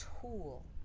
tool